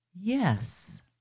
Yes